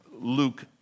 Luke